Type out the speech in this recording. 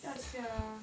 ya sia